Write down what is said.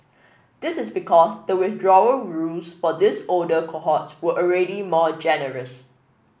this is because the withdrawal rules for these older cohorts were already more generous